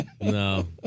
No